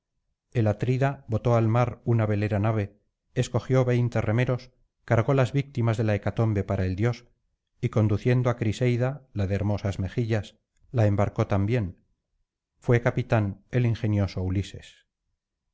el atrida botó al mar una velera nave escogió veinte remeros cargó las víctimas de la hecatombe para el dios y conduciendo á criseida la de hermosas mejillas la embarcó también fué capitán el ingenioso ulises